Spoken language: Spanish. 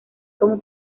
como